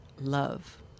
love